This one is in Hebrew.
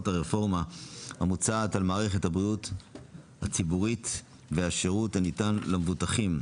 הרפורמה המוצעת על מערכת הבריאות הציבורית והשירות הניתן למבוטחים,